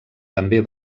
també